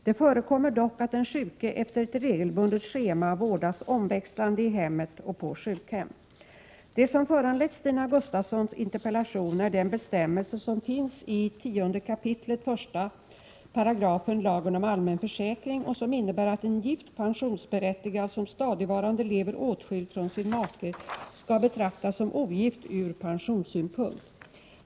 Det förekommer dock att den sjuke efter ett regelbundet schema vårdas omväxlande i hemmet och på sjukhem. Det som föranlett Stina Gustavssons interpellation är den bestämmelse som finns i 10 kap. 1§ lagen om allmän försäkring och som innebär att en gift pensionsberättigad som stadigvarande lever åtskild från sin make skall betraktas som ogift ur pensionssynpunkt.